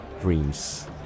dreams